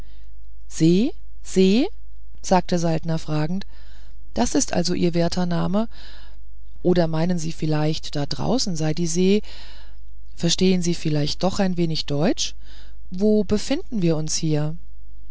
se se sagte saltner fragend das ist also ihr werter name oder meinen sie vielleicht da draußen sei die see verstehen sie vielleicht doch ein wenig deutsch wo befinden wir uns denn hier